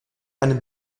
einen